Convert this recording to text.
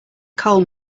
coal